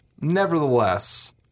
nevertheless